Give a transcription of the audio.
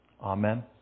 Amen